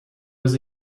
was